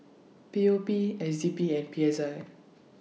P O P S D P and P S I